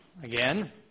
again